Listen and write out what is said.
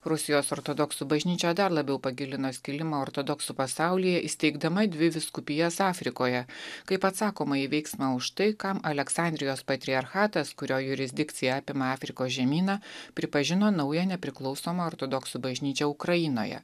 rusijos ortodoksų bažnyčia dar labiau pagilino skilimą ortodoksų pasaulyje įsteigdama dvi vyskupijas afrikoje kaip atsakomąjį veiksmą už tai kam aleksandrijos patriarchatas kurio jurisdikcija apima afrikos žemyną pripažino naują nepriklausomą ortodoksų bažnyčią ukrainoje